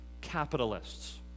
capitalists